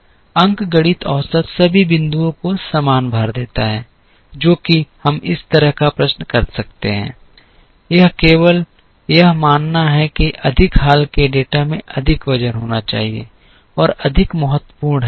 अंकगणित औसत सभी बिंदुओं को समान भार देता है जो कि हम इस तरह का प्रश्न कर सकते हैं यह केवल यह मानना है कि अधिक हाल के डेटा में अधिक वजन होना चाहिए और अधिक महत्वपूर्ण हैं